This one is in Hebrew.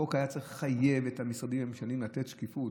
החוק היה צריך לחייב את המשרדים השונים לתת שקיפות.